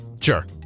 Sure